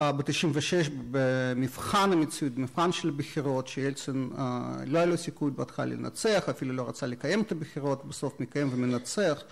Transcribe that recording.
בתשעים ושש במבחן המציאות, מבחן של בחירות שילצין לא היה לו סיכוי בהתחלה לנצח אפילו לא רצה לקיים את הבחירות בסוף מקיים ומנצח